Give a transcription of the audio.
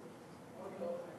עוד לא.